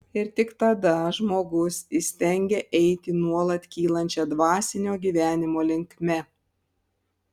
ir tik tada žmogus įstengia eiti nuolat kylančia dvasinio gyvenimo linkme